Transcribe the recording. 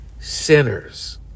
sinners